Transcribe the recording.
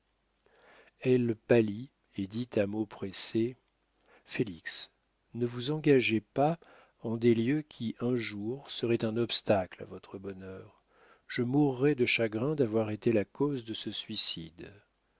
elle pâlit et dit à mots pressés félix ne vous engagez pas en des liens qui un jour seraient un obstacle à votre bonheur je mourrais de chagrin d'avoir été la cause de ce suicide